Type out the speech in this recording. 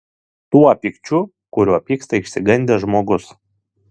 tuo pykčiu kuriuo pyksta išsigandęs žmogus